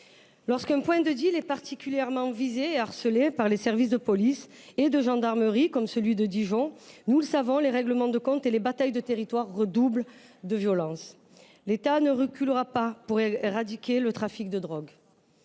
Lorsqu’un point de deal est particulièrement visé et harcelé par les services de police et de gendarmerie, comme celui de Dijon, nous le savons, les règlements de comptes et les batailles de territoire redoublent de violence. L’État ne reculera pas pour éradiquer le trafic de drogue.